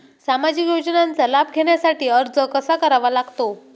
सामाजिक योजनांचा लाभ घेण्यासाठी अर्ज कसा करावा लागतो?